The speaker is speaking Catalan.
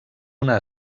una